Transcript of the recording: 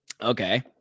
okay